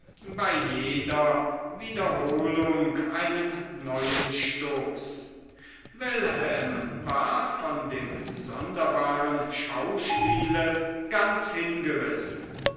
bei jeder wiederholung einen neuen stoß wilhelm war von dem sonderbaren schauspiele ganz hingerissen